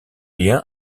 lien